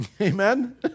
Amen